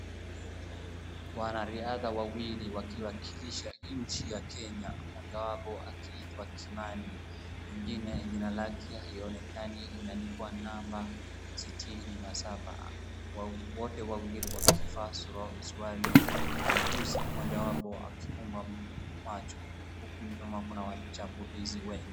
Wanariadha wawili wakiwakilisha nchi ya Kenya, mojawapo akiitwa Kimani, mwingine jina lake haionekani, imeandikwa namba 67. Wote wawili wakivaa suruali nyeusi, mojawapo akifungwa macho. Huku nyuma kuna wachambulizi wengi.